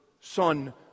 son